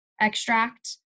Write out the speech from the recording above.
extract